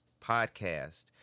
podcast